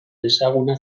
ezaguna